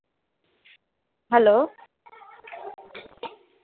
hello